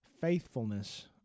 faithfulness